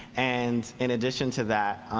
and in addition to that,